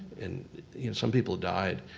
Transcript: and some people died.